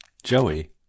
Joey